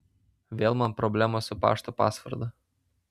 vėl man problemos su pašto pasvordu